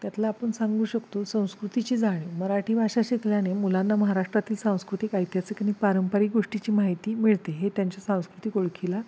त्यातला आपण सांगू शकतो संस्कृतीची जाणिव मराठी भाषा शिकल्याने मुलांना महाराष्ट्रातील सांस्कृतिक ऐतिहासिक आणि पारंपरिक गोष्टीची माहिती मिळते हे त्यांच्या सांस्कृतिक ओळखीला